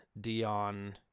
dion